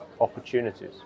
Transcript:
opportunities